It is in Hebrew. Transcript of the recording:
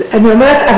אני אומרת,